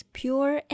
pure